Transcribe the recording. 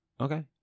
Okay